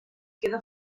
queda